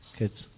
kids